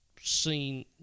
seen